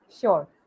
Sure